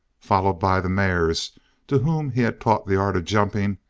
followed by the mares to whom he had taught the art of jumping,